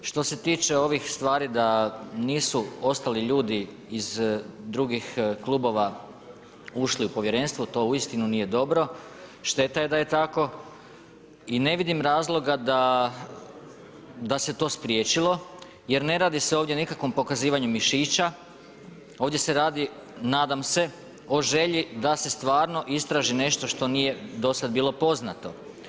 Što se tiče ovih stvari da nisu ostali ljudi iz drugih klubova ušli u povjerenstvo, to uistinu nije dobro, šteta je da je tako i ne vidim razloga da se to spriječilo jer ne radi se ovdje o nikakvom pokazivanju mišića, ovdje se radi nadam se, o želji da se stvarno istraži nešto što nije do sada bilo poznato.